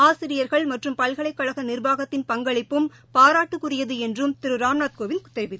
ஆசிரியர்கள் மற்றும் பல்கலைக்கழகநிர்வாகத்தின் பங்களிப்பும் பாராட்டுக்குரியதுஎன்றும் திருராம்நாத் கோவிந்த் தெரிவித்தார்